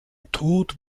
tod